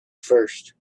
first